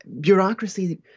bureaucracy